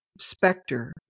specter